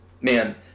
man